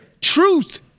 truth